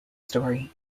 story